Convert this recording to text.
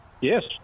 Yes